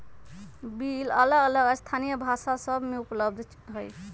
bill अलग अलग स्थानीय भाषा सभ में उपलब्ध हइ